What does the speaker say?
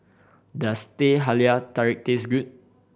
does Teh Halia Tarik taste good